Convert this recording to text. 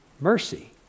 mercy